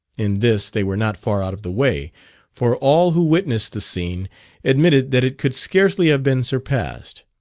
in this they were not far out of the way for all who witnessed the scene admitted that it could scarcely have been surpassed.